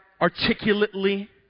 articulately